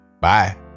Bye